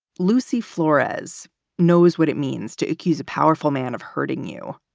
lucy flores knows what it means to accuse a powerful man of hurting you.